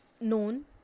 known